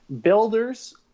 Builders